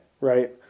right